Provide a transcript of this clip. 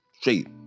straight